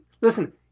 listen